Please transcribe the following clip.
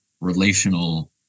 relational